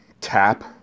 tap